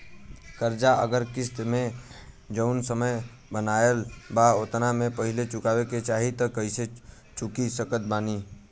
कर्जा अगर किश्त मे जऊन समय बनहाएल बा ओतना से पहिले चुकावे के चाहीं त कइसे चुका सकत बानी?